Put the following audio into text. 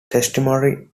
testimony